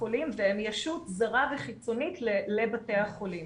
החולים והם ישות זרה וחיצונית לבתי החולים